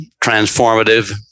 transformative